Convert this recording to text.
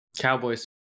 Cowboys